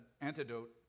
antidote